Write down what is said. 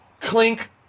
clink